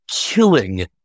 killing